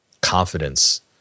confidence